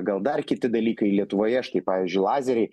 gal dar kiti dalykai lietuvoje štai pavyzdžiui lazeriai